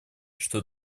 что